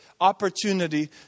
opportunity